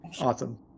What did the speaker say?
Awesome